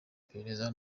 iperereza